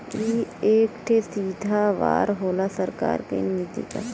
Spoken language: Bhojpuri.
ई एक ठे सीधा वार होला सरकार की नीति पे